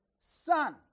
son